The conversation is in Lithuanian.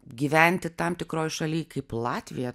gyventi tam tikroj šaly kaip latvija